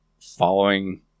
following